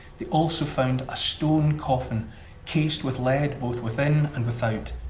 they also found a stone coffin cased with lead both within and without,